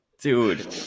dude